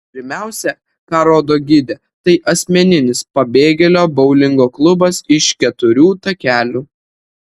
pirmiausia ką rodo gidė tai asmeninis pabėgėlio boulingo klubas iš keturių takelių